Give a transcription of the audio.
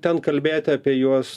ten kalbėti apie juos